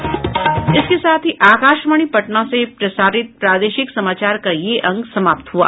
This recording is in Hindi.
इसके साथ ही आकाशवाणी पटना से प्रसारित प्रादेशिक समाचार का ये अंक समाप्त हुआ